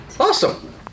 Awesome